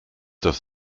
das